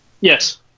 Yes